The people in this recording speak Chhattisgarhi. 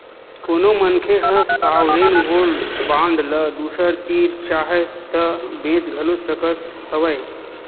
कोनो मनखे ह सॉवरेन गोल्ड बांड ल दूसर तीर चाहय ता बेंच घलो सकत हवय